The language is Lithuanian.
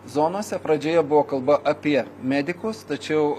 zonose pradžioje buvo kalba apie medikus tačiau